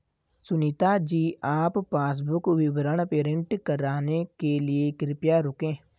सुनीता जी आप पासबुक विवरण प्रिंट कराने के लिए कृपया रुकें